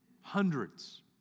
Hundreds